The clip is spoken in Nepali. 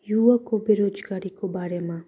युवाको बेरोजगारीको बारेमा